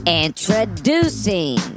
introducing